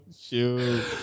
Shoot